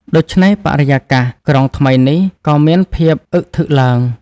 ដូច្នេះ បរិយាកាសក្រុងថ្មីនេះ ក៏មានភាពឣ៊ឹកធឹកឡើង ។